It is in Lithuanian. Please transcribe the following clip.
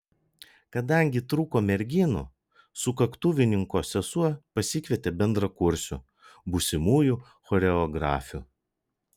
kadangi trūko merginų sukaktuvininko sesuo pasikvietė bendrakursių būsimųjų choreografių